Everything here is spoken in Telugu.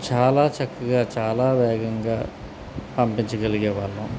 చాలా చక్కగా చాలా వేగంగా పంపించగలిగే వాళ్ళం